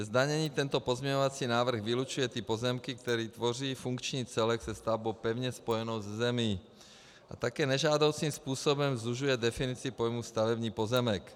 Ze zdanění tento pozměňovací návrh vylučuje ty pozemky, které tvoří funkční celek se stavbou pevně spojenou se zemí, a také nežádoucím způsobem zužuje definici pojmu stavební pozemek.